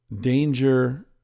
danger